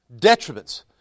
detriments